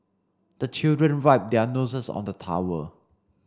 the children wipe their noses on the towel